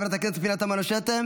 חברת הכנסת פנינה תמנו שטה,